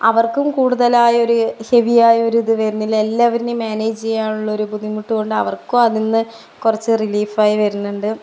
അവർക്കും കൂടുതലായൊരു ഹെവി ആയൊരു ഇത് വരുന്നില്ല എല്ലാവരിനെയും മാനേജ് ചെയ്യാനുള്ള ഒരു ബുദ്ധിമുട്ട് കൊണ്ട് അവർക്കും അതിൽ നിന്ന് കുറച്ച് അതിൽ നിന്ന് റിലീഫ് ആയി വരുന്നുണ്ട്